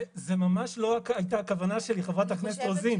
זה ממש לא הייתה הכוונה שלי חברת הכנסת רוזין.